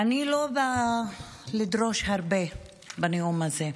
אני לא באה לדרוש הרבה בנאום הזה.